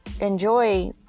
enjoy